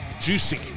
juicy